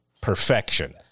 perfection